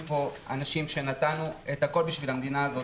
אנשים שנתנו את הכול בשביל המדינה הזו,